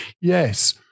yes